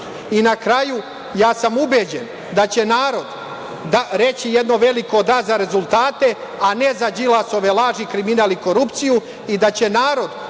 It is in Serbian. kraju, ja sam ubeđen da će narod reći jedno veliko da za rezultate, a ne za Đilasove laži, kriminal i korupciju, i da će narod